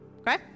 Okay